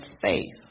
faith